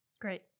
Great